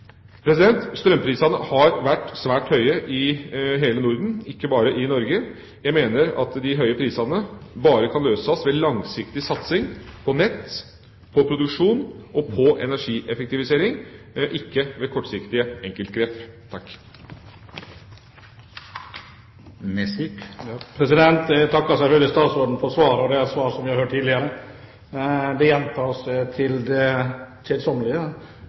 Strømprisene har vært svært høye i hele Norden, ikke bare i Norge. Jeg mener at de høye prisene bare kan reduseres ved langsiktig satsing på nett, produksjon og energieffektivisering, ikke ved kortsiktige enkeltgrep. Jeg takker selvfølgelig statsråden for svaret. Det er et svar som vi har hørt tidligere. Det gjentas til det